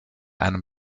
einem